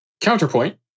Counterpoint